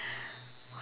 what